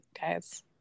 guys